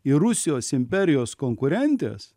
į rusijos imperijos konkurentes